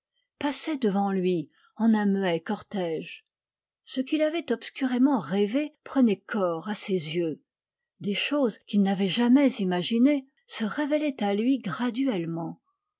passaient devant lui en un muet cortège ce qu'il avait obscurément rêvé prenait corps à ses yeux des choses qu'il n'avait jamais imaginées se révélaient à lui graduellement